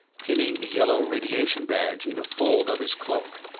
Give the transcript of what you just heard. pinning the yellow radiation badge in a fold of his cloak.